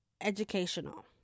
educational